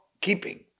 keeping